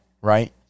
right